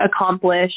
accomplish